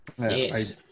Yes